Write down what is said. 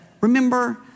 remember